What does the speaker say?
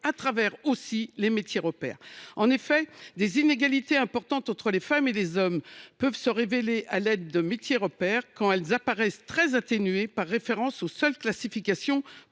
la révision des classifications. En effet, des inégalités importantes entre les femmes et les hommes peuvent se révéler à l’aide des métiers repères, quand elles apparaissent très atténuées par référence aux seules classifications